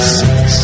six